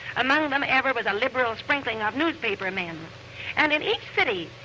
among them ever was a liberal sprinkling of newspapermen. and in each city,